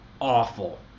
awful